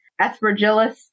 Aspergillus